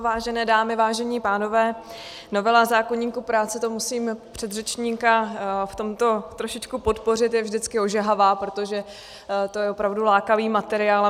Vážené dámy, vážení pánové, novela zákoníku práce musím předřečníka v tomto trošičku podpořit je vždycky ožehavá, protože to je opravdu lákavý materiál.